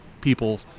people